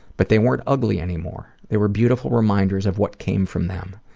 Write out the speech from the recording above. but they weren't ugly anymore. they were beautiful reminders of what came from them.